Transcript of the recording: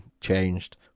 changed